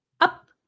up